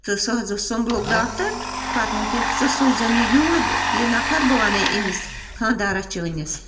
تہٕ سُہ حظ اوس سُمبلُک ڈاکٹَر پَتہٕ ووٚن تَمہِ ژٕ سوٗزٮ۪ن یہِ یوٗرۍ یہِ نفر بہٕ وَنَے أمِس خانٛدارَس چٲنِس